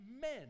men